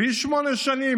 בלי שמונה שנים.